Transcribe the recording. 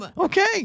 Okay